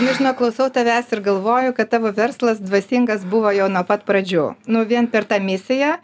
nu žinok klausau tavęs ir galvoju kad tavo verslas dvasingas buvo jau nuo pat pradžių nu vien per tą misiją